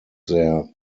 their